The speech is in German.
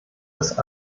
ist